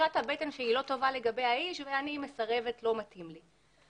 תחושת הבטן שלי לא טובה לגבי האיש ואני מסרבת כי הוא לא מתאים לי.